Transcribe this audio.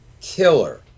killer